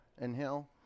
Inhale